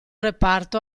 reparto